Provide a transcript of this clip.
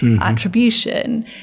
attribution